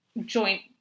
joint